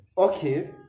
Okay